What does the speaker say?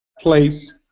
place